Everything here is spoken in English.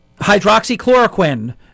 hydroxychloroquine